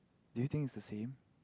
do you think is the same